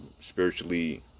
spiritually